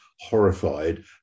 horrified